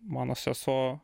mano sesuo